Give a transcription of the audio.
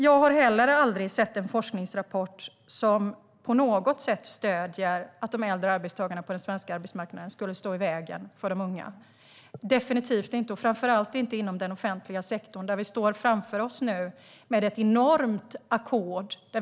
Jag har heller aldrig sett en forskningsrapport som på något sätt stöder att de äldre arbetstagarna på den svenska arbetsmarknaden skulle stå i vägen för de unga - definitivt inte och framför allt inte inom den offentliga sektorn, där vi nu har ett enormt ackord framför oss.